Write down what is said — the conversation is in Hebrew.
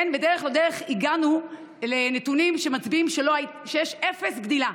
בדרך-לא-דרך הגענו לנתונים שמצביעים שיש אפס גדילה.